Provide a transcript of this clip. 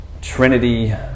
trinity